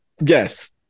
Yes